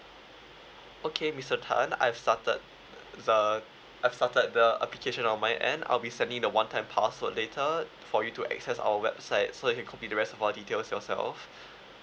okay mister tan I've started the I've started the application on my end I'll be sending you the one time password later for you to access our website so you can complete the rest of your details yourself